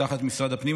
תחת משרד הפנים,